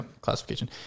Classification